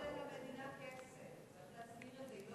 זה לא עולה למדינה כסף, צריך להזכיר את זה.